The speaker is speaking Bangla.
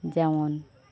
যেমন